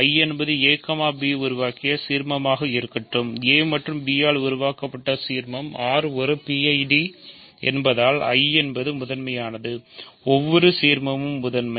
I என்பது ab உருவாக்கிய சீர்மமாக இருக்கட்டும் a மற்றும் b ஆல் உருவாக்கப்பட்ட சீர்மம் R ஒரு PID என்பதால் I என்பது முதன்மையானது ஒவ்வொரு சீர்மமும் முதன்மை